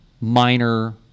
minor